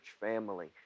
family